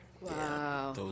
Wow